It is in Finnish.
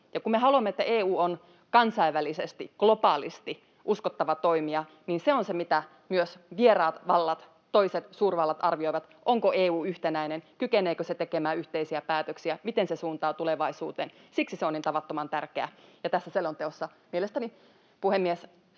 Me haluamme, että EU on kansainvälisesti, globaalisti uskottava toimija, ja se on se, mitä myös vieraat vallat, toiset suurvallat, arvioivat: onko EU yhtenäinen, kykeneekö se tekemään yhteisiä päätöksiä, miten se suuntaa tulevaisuuteen. Siksi se on niin tavattoman tärkeää, ja tässä selonteossa mielestäni, puhemies,